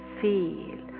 feel